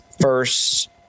first